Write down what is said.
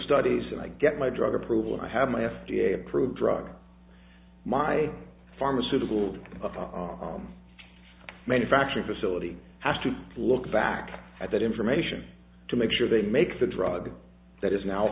studies and i get my drug approval and i have my f d a approved drug my pharmaceutical our manufacturing facility has to look back at that information to make sure they make the drug that is now